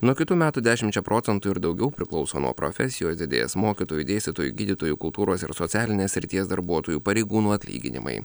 nuo kitų metų dešimčia procentų ir daugiau priklauso nuo profesijos didės mokytojų dėstytojų gydytojų kultūros ir socialinės srities darbuotojų pareigūnų atlyginimai